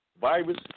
virus